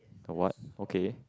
what okay